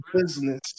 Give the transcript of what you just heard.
business